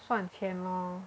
算钱 lor